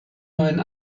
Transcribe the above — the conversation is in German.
neuen